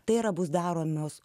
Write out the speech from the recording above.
tai yra bus daromos